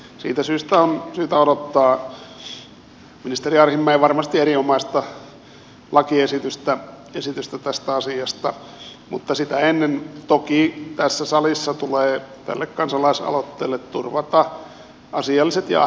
siitä syystä on syytä odottaa ministeri arhinmäen varmasti erinomaista lakiesitystä tästä asiasta mutta sitä ennen toki tässä salissa tulee tälle kansalaisaloitteelle turvata asialliset ja arvokkaat hautajaiset